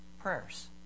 prayers